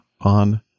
on